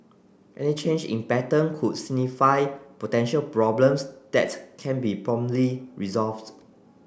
any change in pattern could signify potential problems that can be promptly resolved